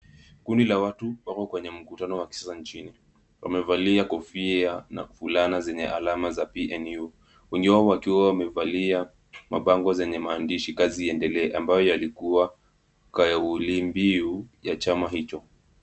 Kundi la watu wako kwenye mkutano wa kisiasa nchini. Wamevalia kofia na fulana zenye alama za PNU. Wengi wao wakiwa wamevalia mabango zenye maandishi Kazi iendelee ambayo yalikuwa kauli mbiu ya chama hicho.